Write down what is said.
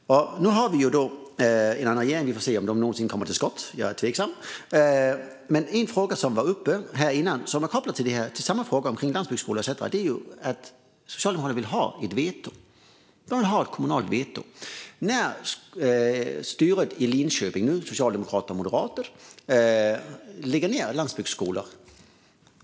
Nu har vi en annan regering. Vi får se om den någonsin kommer till skott. Jag är tveksam. Men en fråga som var uppe här tidigare och som är kopplad till frågan om landsbygdsskolor är att Socialdemokraterna vill ha ett veto, ett kommunalt veto. Det nuvarande styret i Linköping, socialdemokrater och moderater, lägger ned en landsbygdsskola.